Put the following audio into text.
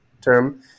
term